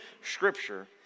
Scripture